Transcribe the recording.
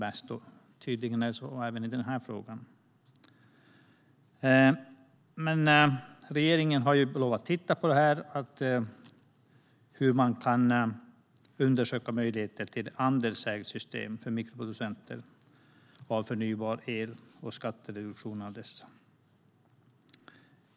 Så är det tydligen även i detta fall. Regeringen har lovat att titta på möjligheten till andelsägda system för mikroproducenter av förnybar el och skattereduktion för dessa.